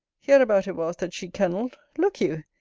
hereabout it was that she kennelled look you!